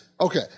Okay